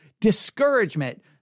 discouragement